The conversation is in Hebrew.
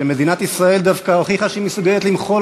שמדינת ישראל דווקא הוכיחה שהיא מסוגלת למחול